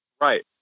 Right